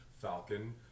Falcon